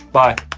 bye